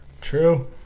True